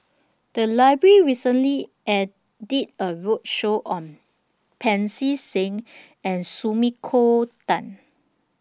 The Library recently did A roadshow on Pancy Seng and Sumiko Tan